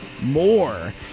More